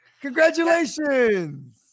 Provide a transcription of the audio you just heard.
Congratulations